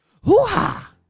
Hoo-ha